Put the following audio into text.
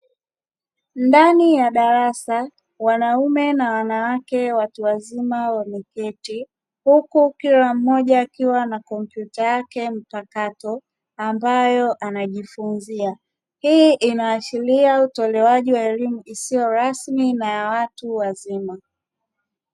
Ndani ya darasa, wanaume na wanawake watu wazima wameketi, huku kila mmoja akiwa na kompyuta yake mpakato ambayo anajifunzia, hii inaashilia utolewaji wa elimu isiyo rasmi na ya watu wazima.